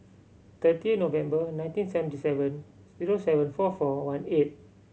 thirty November nineteen seventy seven zero seven four four one eight